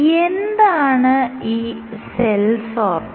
എന്താണ് ഈ cell sorter